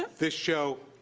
this show,